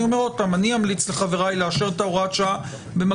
אני אומר שוב שאני אמליץ לחבריי לאשר את הוראת השעה במקביל